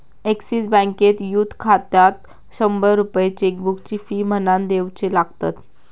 axis बँकेत youth खात्यात शंभर रुपये चेकबुकची फी म्हणान दिवचे लागतत